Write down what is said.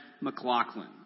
McLaughlin